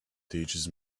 teaches